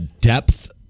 depth